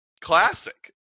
classic